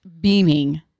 beaming